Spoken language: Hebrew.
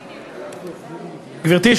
גברתי,